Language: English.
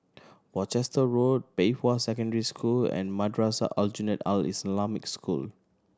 Worcester Road Pei Hwa Secondary School and Madrasah Aljunied Al Islamic School